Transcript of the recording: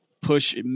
push